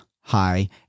high